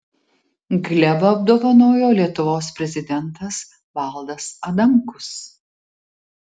glebą apdovanojo lietuvos prezidentas valdas adamkus